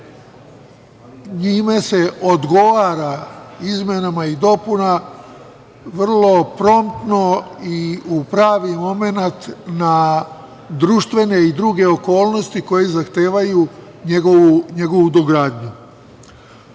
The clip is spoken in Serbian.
njime se odgovara izmenama i dopunama vrlo promptno i u pravi momenat na društvene i druge okolnosti koje zahtevaju njegovu dogradnju.U